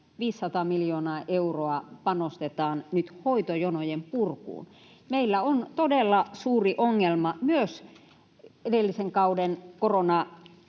500 miljoonaa euroa panostetaan nyt hoitojonojen purkuun. Meillä on todella suuri ongelma myös edellisen kauden